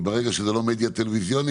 שברגע שזה לא מדיה טלוויזיונית,